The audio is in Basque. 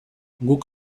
guk